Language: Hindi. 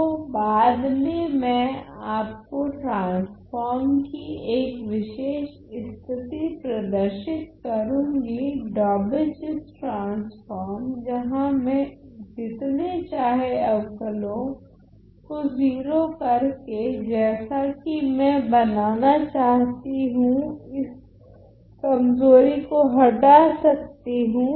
तो बाद में मैं आपको ट्रान्स्फ़ोर्म की एक विशेष स्थिति प्रदर्शित करूंगी डौबेचिएस ट्रान्स्फ़ोर्म जहां मैं जितने चाहे अवकलों को 0 कर के जैसा की मैं बनाना चाहती हूँ इस कमजोरी को हटा सकती हूँ